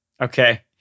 Okay